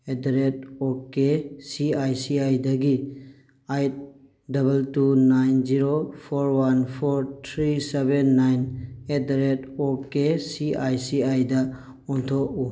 eight the rate O K C I C ꯑꯥꯏꯗꯒꯤ eight double two nine zero four one four three seven nine at the rate O K C I C I ꯑꯣꯟꯊꯣꯛꯎ